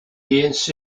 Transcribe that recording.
inc